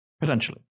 Potentially